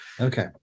Okay